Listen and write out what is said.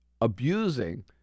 abusing